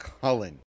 Cullen